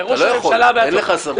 אתה לא יכול, אין לך סמכות.